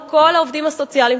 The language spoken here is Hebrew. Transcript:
על כל העובדים הסוציאליים,